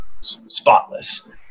spotless